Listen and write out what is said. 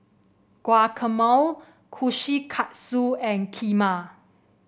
Guacamole Kushikatsu and Kheema